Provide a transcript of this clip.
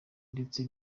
ndetse